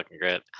great